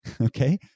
Okay